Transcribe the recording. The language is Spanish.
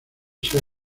sea